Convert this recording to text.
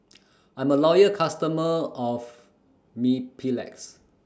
I'm A Loyal customer of Mepilex